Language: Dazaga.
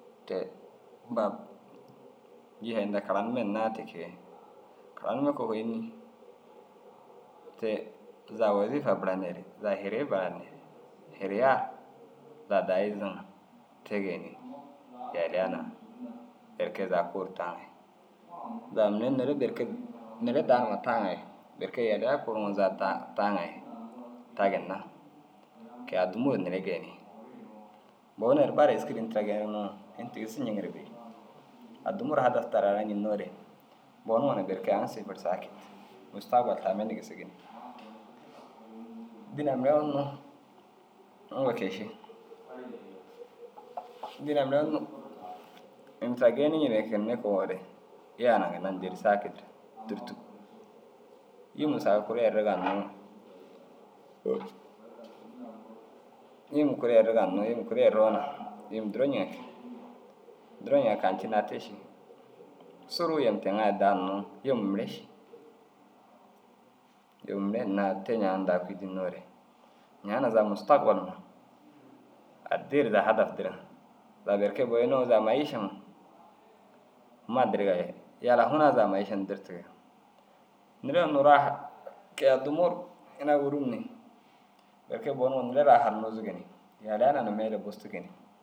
Te bab jîye ai inda karanime hinnaa te kege. Karanime kogoo înni? Te zaga woziifa buraneere zaga hiriye burande hiriyaa zaga daa izzi ŋa te geenii. Yaliya naa berke zaga kuu ru taame zaga mire neere berke neere dau numa taare berke yaliya kuruŋo zaga taa taaŋa ye ta ginna ke- i addimuu ru neere geenii. Bonume ru bara êski ru ini tira geenirig nuŋo ini tigisu ñeŋire bêi. Addimuu ru hadaf ta raara ñennoore bonuŋo na berke aŋ sifir saakid. Mustagbal tamme nigisigi ni, dînaa mire unnu uŋgo kee ši. Dînaa mire unnu ini tira geeniiñii ru ai kee mire koo re yaa na ini dêri saakidi ru tûrtug. Yimuu saga kuri errigaa hinnoo yimuu kuri errigaa hinnoo yim kuri erroo na yim duro ñiŋa kee. Duro yaa kancinaa te ši suruu yim te ŋa ergaa hinnoo yimuu mire ši. Yimuu mire hinnaa te ñaana dau kûi dînoore ñaana zaga mustagbal ma addii ru daa hadaf dire. Zaga berke boyinoo zaga mayiišama huma diriga ye yala hunaa zaga mayiiša hunduu dirtigaa ye neere unnu raaha ke- i addimuu ru ina wûrum ni berke boniŋoo neere raaha ru nuuzigi ni yaliya naa na meele ru busugi ni.